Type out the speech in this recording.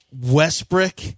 Westbrook